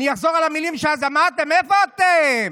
אני אחזור על המילים שאמרתם אז: איפה אתם?